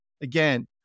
again